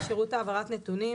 "שירות העברת נתונים,